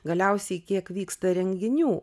galiausiai kiek vyksta renginių